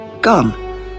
Gone